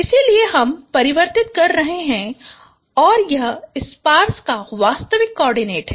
इसलिए हम परिवर्तित कर रहे हैं और यह स्पार्श का वास्तविक कोआर्डिनेट है